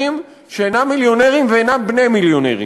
שאינם מיליונרים ואינם בני מיליונרים,